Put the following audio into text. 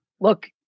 look